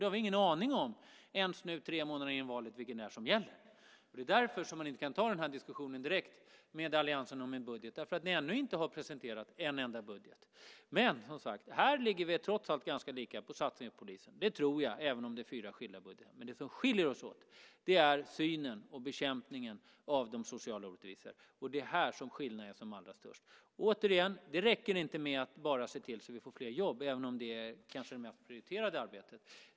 Då har vi ingen aning om ens nu, tre månader före valet, vilken det är som gäller. Det är därför som man inte kan ta diskussionen om en budget direkt med alliansen, därför att ni ännu inte har presenterat en enda budget. Men, som sagt, vi ligger trots allt ganska lika när det gäller satsningen på polisen. Det tror jag, även om det är fyra skilda budgetar. Det som skiljer oss åt är synen på och bekämpningen av de sociala orättvisorna. Och det är här som skillnaden är som allra störst. Återigen, det räcker inte med att bara se till att vi får fler jobb, även om det kanske är det mest prioriterade arbetet.